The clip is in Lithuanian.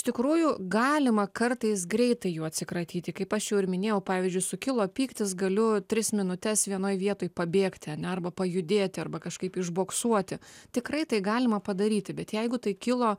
iš tikrųjų galima kartais greitai jų atsikratyti kaip aš jau ir minėjau pavyzdžiui sukilo pyktis galiu tris minutes vienoje vietoj pabėgti arba pajudėti arba kažkaip išboksuoti tikrai tai galima padaryti bet jeigu tai kilo